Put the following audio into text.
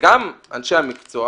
וגם אנשי המקצוע